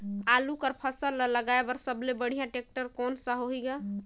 आलू कर फसल ल लगाय बर सबले बढ़िया टेक्टर कोन सा होही ग?